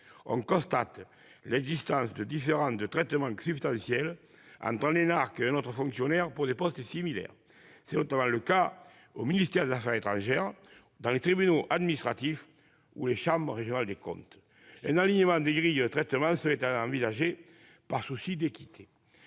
on constate l'existence de différences de traitement substantielles entre un énarque et un autre fonctionnaire à des postes similaires. C'est notamment le cas au ministère des affaires étrangères, dans les tribunaux administratifs et les chambres régionales des comptes. Un alignement des grilles de traitement doit être envisagé, dans un souci d'équité.